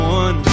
one